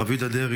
הרב יהודה דרעי.